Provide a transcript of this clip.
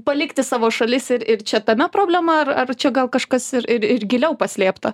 palikti savo šalis ir ir čia tame problema ar ar čia gal kažkas ir ir giliau paslėpta